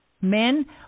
Men